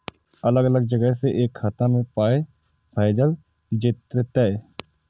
अलग अलग जगह से एक खाता मे पाय भैजल जेततै?